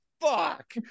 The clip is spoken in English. fuck